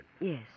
Yes